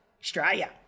Australia